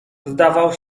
zdawał